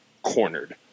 Cornered